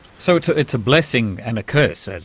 so it's ah it's a blessing and a curse, and